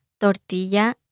tortilla